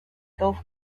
golf